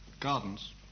Gardens